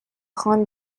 خان